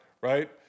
right